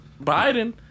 Biden